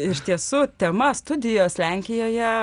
iš tiesų tema studijos lenkijoje